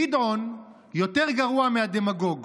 גדעון יותר גרוע מהדמגוג.